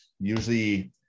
usually